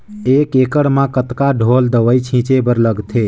एक एकड़ म कतका ढोल दवई छीचे बर लगथे?